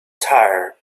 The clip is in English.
tire